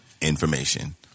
Information